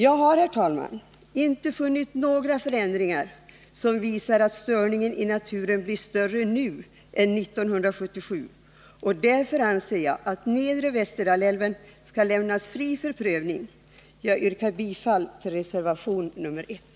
Jag har, herr talman, inte funnit några förändringar som visar att störningen i naturen blir större nu än 1977, och därför anser jag att nedre Västerdalälven skall lämnas fri för prövning. Jag yrkar bifall till reservation nr 1.